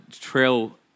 trail